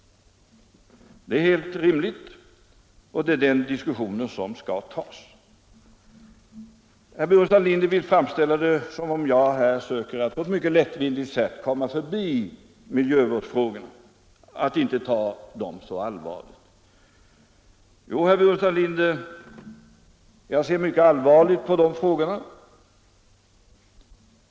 Det är helt rimligt och det är den diskussionen som skall vara avgörande. Herr Burenstam Linder vill framställa det som om jag på ett mycket lättvindigt sätt försöker komma förbi miljövårdsfrågorna och att jag inte tar dem så allvarligt. Jo, herr Burenstam Linder, jag ser mycket allvarligt på de frågorna.